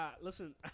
listen